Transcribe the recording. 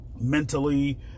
mentally